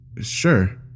Sure